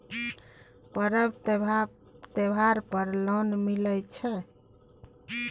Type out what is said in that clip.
पर्व त्योहार पर लोन मिले छै?